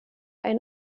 ein